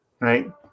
Right